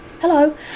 Hello